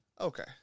Okay